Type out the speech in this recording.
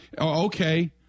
Okay